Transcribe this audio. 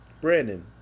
Brandon